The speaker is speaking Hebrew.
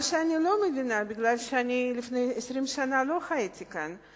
מה שאני לא מבינה, כי לפני 20 שנה לא הייתי כאן,